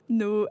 no